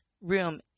room